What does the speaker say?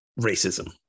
racism